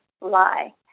lie